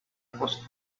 cost